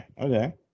okay